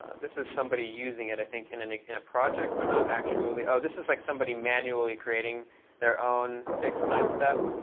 this is somebody using it, i think, in in a project, but not actually oh, this is like somebody manually creating their own fixed timestep.